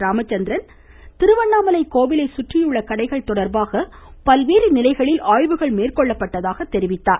ராமச்சந்திரன் திருவண்ணாமலை கோவிலை சுற்றியுள்ள கடைகள் தொடர்பாக பல்வேறு நிலைகளில் ஆய்வுகள் மேற்கொள்ளப்பட்டதாக கூறினார்